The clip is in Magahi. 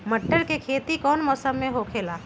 मटर के खेती कौन मौसम में होखेला?